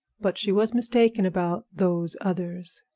but she was mistaken about those others.